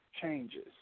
Changes